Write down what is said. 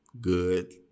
good